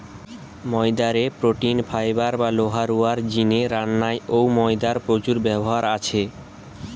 ময়দা রে protein, fibre বা লোহা রুয়ার জিনে রান্নায় অউ ময়দার প্রচুর ব্যবহার আছে